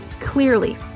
clearly